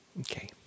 Okay